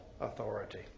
authority